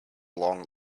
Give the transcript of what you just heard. long